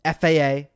FAA